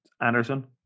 Anderson